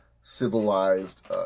civilized